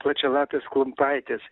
plačialapės klumpaitės